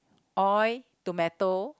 oil tomato